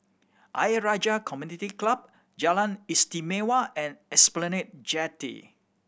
Ayer Rajah Community Club Jalan Istimewa and Esplanade Jetty